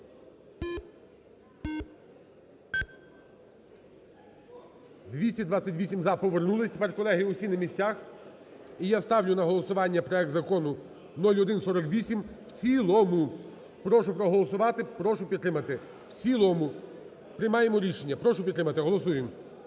За-228 Повернулися. Тепер, колеги, усі на місцях, і я ставлю на голосування проект Закону 0148 в цілому. Прошу проголосувати. Прошу підтримати. В цілому. Приймаємо рішення, прошу підтримати. Голосуєм.